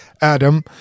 Adam